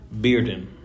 Bearden